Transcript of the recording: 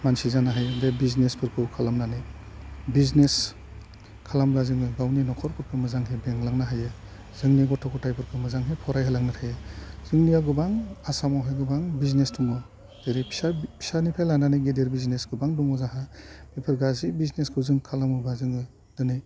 मानसि जानो हायो बे बिजनेसफोरखौ खालामनानै बिजनेस खालामबा जोङो गावनि नख'रफोरखौ मोजाङै बेंलांनो हायो जोंनि गथ' गथाइफोरखौ मोजाङै फरायहोलांनो हायो जोंनियाव गोबां आसामावहाय गोबां बिजनेस दङ जेरै फिसा फिसानिफ्राय लानानै गेदेर बिजनेस गोबां दङ जोंहा बेफोर गासै बिजनेसखौ जों खालामोबा जोङो दोनै